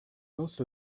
most